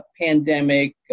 pandemic